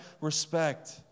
respect